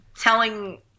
telling